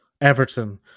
Everton